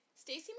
Stacey